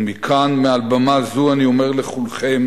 ומכאן, מעל במה זו, אני אומר לכולכם: